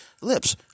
lips